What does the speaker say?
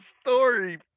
Story